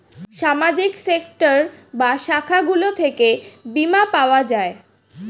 সামাজিক সেক্টর বা শাখাগুলো থেকে বীমা পাওয়া যায়